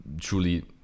truly